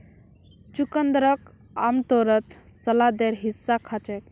चुकंदरक आमतौरत सलादेर हिस्सा खा छेक